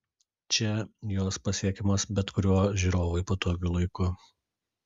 čia jos pasiekiamos bet kuriuo žiūrovui patogiu laiku